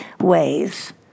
ways